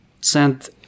sent